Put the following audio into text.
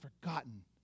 forgotten